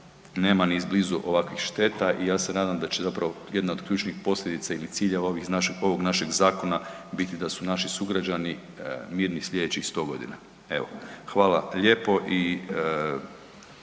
nema ni blizu ovakvih šteta i ja se nadam da će zapravo jedna od ključnih posljedica ili cilja ovog našeg zakona biti da su naši sugrađani mirni slijedećih 100 godina. Evo, hvala lijepo i